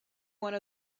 one